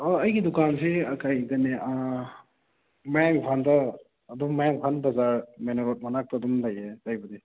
ꯑꯣ ꯑꯩꯒꯤ ꯗꯨꯀꯥꯟꯁꯦ ꯀꯩꯗꯅꯦ ꯃꯌꯥꯡ ꯏꯝꯐꯥꯜꯗ ꯑꯗꯨꯝ ꯃꯌꯥꯡ ꯏꯝꯐꯥꯜ ꯕꯖꯥꯔ ꯃꯦꯟ ꯔꯣꯗ ꯃꯅꯥꯛꯇ ꯑꯗꯨꯝ ꯂꯩꯌꯦ ꯂꯩꯕꯨꯗꯤ